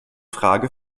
frage